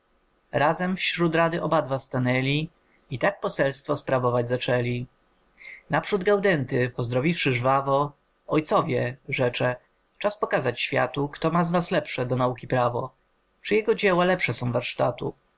razem wśród rady obadwa stanęli i tak poselstwo sprawować zaczęli naprzód gaudenty pozdrowiwszy żwawo ojcowie rzecze czas pokazać światu kto ma z nas lepsze do nauki prawo czyjego dzieła lepsze są warstatu